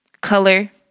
color